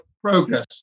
progress